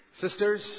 Sisters